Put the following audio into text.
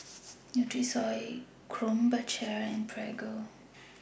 Nutrisoy Krombacher and Prego